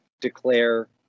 declare